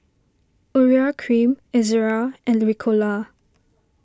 Urea Cream Ezerra and Ricola